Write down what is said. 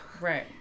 Right